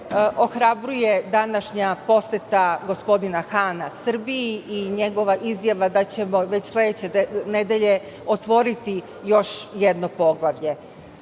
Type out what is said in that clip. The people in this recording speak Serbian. ohrabruje današnja poseta gospodina Hana Srbiji i njegova izjava da ćemo već sledeće nedelje otvoriti još jedno poglavlje. Još